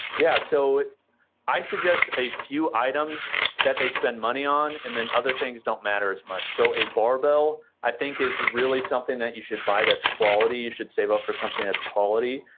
yeah, so i suggest a few items that they spend money on. and then other things don't matter as much. so, a barbell, i think is really something that you should buy that's quality, you should save up for something that's quality.